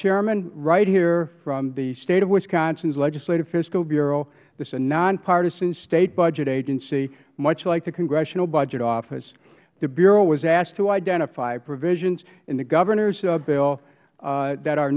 chairman right here from the state of wisconsins legislative fiscal bureau this is a nonpartisan state budget agency much like the congressional budget office the bureau was asked to identify provisions in the governors bill that are